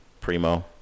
Primo